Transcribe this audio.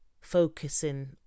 focusing